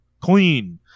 clean